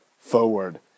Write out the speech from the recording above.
forward